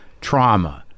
trauma